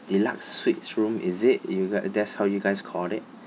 deluxe suites room is it you guy that's how you guys call it